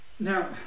Now